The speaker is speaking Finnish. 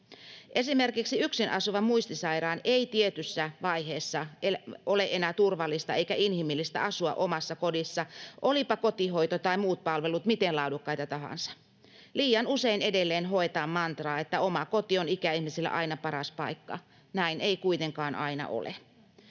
Esimerkiksi yksin asuvan muistisairaan ei tietyssä vaiheessa ole enää turvallista eikä inhimillistä asua omassa kodissa, olivatpa kotihoito tai muut palvelut miten laadukkaita tahansa. Liian usein edelleen hoetaan mantraa, että oma koti on ikäihmiselle aina paras paikka — näin ei kuitenkaan aina ole.